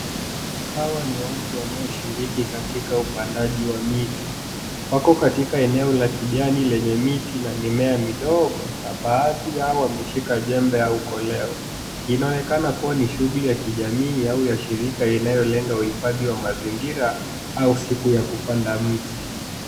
Hawa ni watu wanaoshiriki katika upandaji wa miti. Wako katika eneo la kijani lenye miti na mimea midogo na baadhi yao wameshika jembe au koleo. Inaonekana kuwa shughuli ya kijamii au ya shirika inayo lenga uhifadhi wa mazi siku ya kuhifadhi miti.